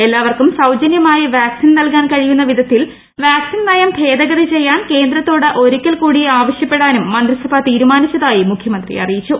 എല്ലാവർക്കും സൌജനൃമായി വാക്സിൻ നൽകാൻ കഴിയുന്ന വിധത്തിൽ വാക്സിൻ നയം ഭേദഗതി ചെയ്യാൻ കേന്ദ്രത്തോട് ഒരിക്കൽ കൂടി ആവശ്യപ്പെടാനും മന്ത്രിസഭാ തീരുമാനിച്ചതായി മുഖ്യമന്ത്രി അറിയിച്ചു